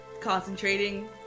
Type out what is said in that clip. concentrating